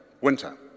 winter